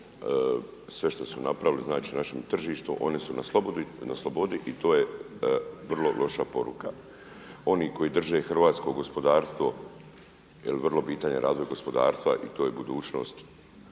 sve što su napravili našem tržištu oni su na slobodi i to je vrlo loša poruka. Oni koji drže hrvatsko gospodarstvo jel … razvoj gospodarstva i to je budućnost